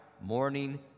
morning